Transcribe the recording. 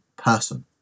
Person